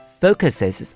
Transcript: focuses